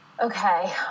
Okay